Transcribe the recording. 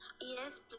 Yes